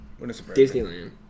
Disneyland